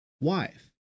wife